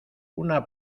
una